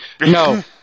no